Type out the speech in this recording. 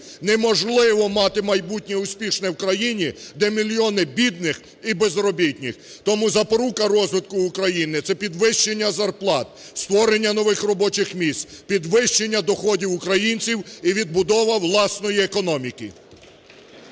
неможливо мати майбутнє успішне в країні, де мільйони бідних і безробітних. Тому запорука розвитку України – це підвищення зарплат, створення нових робочих місць, підвищення доходів українців і відбудова власної економіки.